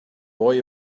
boy